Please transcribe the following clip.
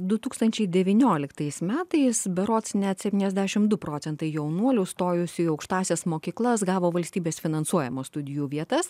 du tūkstančiai devynioliktais metais berods net septyniasdešimt du procentai jaunuolių stojusiųjų į aukštąsias mokyklas gavo valstybės finansuojamas studijų vietas